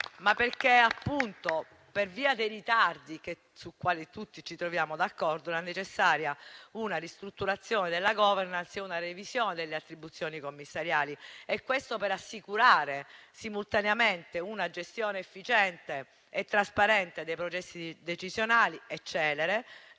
ma perché, appunto, per via dei ritardi sui quali tutti ci troviamo d'accordo, erano necessarie una ristrutturazione della *governance* e una revisione delle attribuzioni commissariali. Questo per assicurare simultaneamente una gestione efficiente, trasparente e celere dei processi decisionali, da